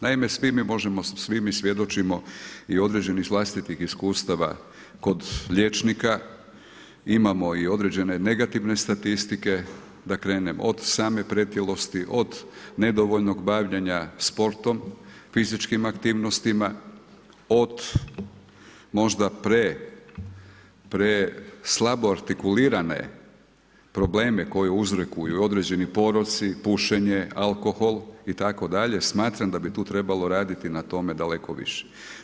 Naime, svi mi možemo, svi mi svjedočimo i određeni iz vlastitih iskustava kod liječnika, imamo i određene negativne statistike, da krenem od same pretilosti, od nedovoljnog bavljenja sportom, fizičkim aktivnostima, od možda pre pre slabo artikulirane probleme koje uzrokuju određeni poroci, pušenje, alkohol itd., smatram da bi tu trebalo raditi na tome daleko više.